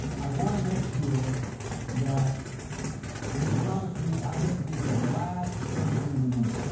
i want to make sure that you promised me i get to be the last person in the room,